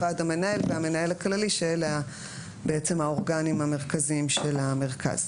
"ועד המנהל" ו"המנהל הכללי" שאלה בעצם האורגנים המרכזיים של המרכז.